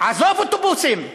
עזוב אוטובוסים,